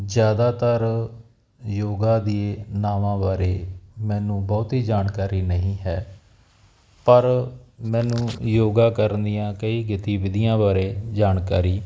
ਜਿਆਦਾਤਰ ਯੋਗਾ ਦੀ ਨਾਵਾਂ ਬਾਰੇ ਮੈਨੂੰ ਬਹੁਤੀ ਜਾਣਕਾਰੀ ਨਹੀਂ ਹੈ ਪਰ ਮੈਨੂੰ ਯੋਗਾ ਕਰਨ ਦੀਆਂ ਕਈ ਗਤੀਵਿਧੀਆਂ ਬਾਰੇ ਜਾਣਕਾਰੀ